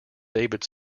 david